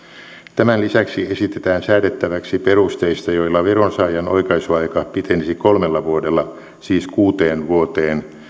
tämän lisäksi esitetään säädettäväksi perusteista joilla veronsaajan oikaisuaika pitenisi kolmella vuodella siis kuuteen vuoteen